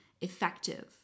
effective